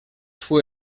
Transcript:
fue